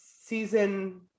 season